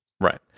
Right